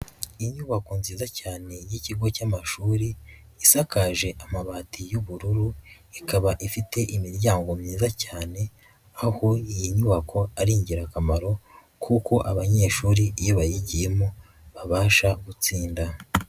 iInyubako nziza cyane y'ikigo cy'amashuri isakaje amabati y'ubururu ikaba ifite imiryango myiza cyane aho iyi nyubako ari ingirakamaro kuko abanyeshuri iyo bayigiyemo babasha gutsinda.